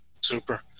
Super